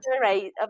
right